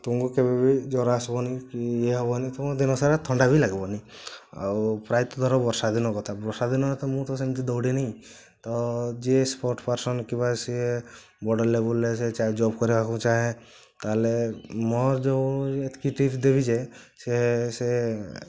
ତୁମକୁ କେବେ ବି ଜ୍ୱର ଆସିବନି କି ଇଏ ହବନି ତୁମକୁ ଦିନସାରା ଥଣ୍ଡା ବି ଲାଗିବନି ଆଉ ପ୍ରାୟତଃ ଧର ବର୍ଷାଦିନ କଥା ବର୍ଷାଦିନରେ ତ ମୁଁ ତ ସେମିତି ଦୋୖଡ଼େନି ତ ଯିଏ ସ୍ପୋର୍ଟ ପର୍ସନ୍ କିମ୍ବା ସିଏ ବଡ଼ ଲେବୁଲ୍ରେ ସେ ଯାଏ ଜବ୍ କରିବାକୁ ଚାହେଁ ତାହାହେଲେ ମୋର ଯେଉଁ ଏତିକି ଟିପ୍ସ୍ ଦେବି ଯେ ସେ ସେ